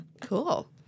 Cool